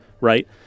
right